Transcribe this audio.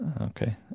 okay